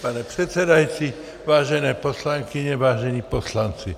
Pane předsedající, vážené poslankyně, vážení poslanci.